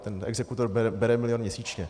Ten exekutor bere milion měsíčně.